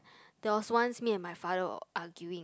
that was once me and my father were arguing